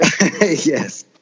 Yes